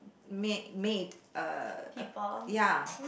make made uh ya